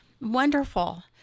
wonderful